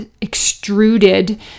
extruded